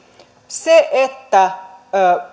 se että